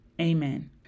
Amen